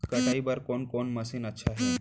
कटाई बर कोन कोन मशीन अच्छा हे?